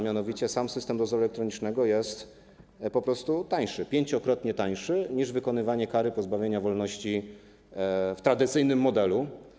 Mianowicie system dozoru elektronicznego jest po prostu tańszy, 5-krotnie tańszy niż wykonywanie kary pozbawienia wolności w tradycyjnym modelu.